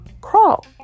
crawl